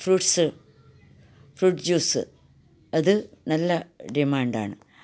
fruits fruit juice അത് നല്ല ഡിമാണ്ടാണ്